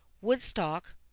Woodstock